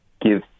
give